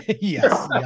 Yes